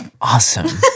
awesome